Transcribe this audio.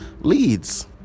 Leads